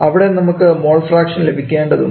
അവിടെ നമുക്ക് mole fraction ലഭിക്കേണ്ടതുണ്ട്